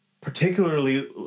particularly